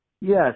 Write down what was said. Yes